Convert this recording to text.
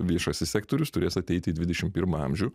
viešasis sektorius turės ateiti į dvidešimt pirmą amžių